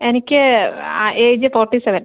എനിക്ക് age forty seven